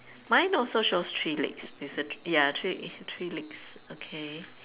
mine also shows three legs is a th~ yah three three legs okay